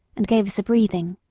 and gave us a breathing.